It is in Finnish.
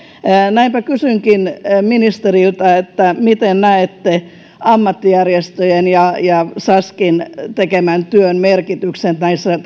näinpä kysynkin ministeriltä miten näette ammattijärjestöjen ja ja saskin tekemän työn merkityksen